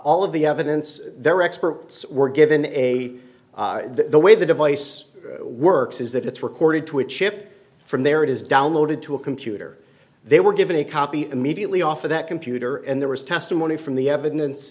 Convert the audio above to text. ll of the evidence their experts were given a the way the device works is that it's recorded to a chip from there it is downloaded to a computer they were given a copy immediately off of that computer and there was testimony from the evidence